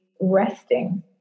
resting